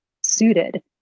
suited